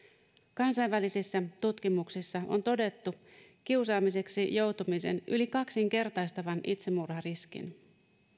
kansainvälisissä tutkimuksissa kiusaamiseksi joutumisen on todettu yli kaksinkertaistavan itsemurhariskin